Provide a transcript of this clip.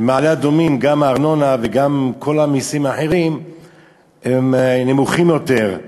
ובמעלה-אדומים גם הארנונה וגם כל המסים האחרים הם נמוכים יותר.